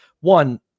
one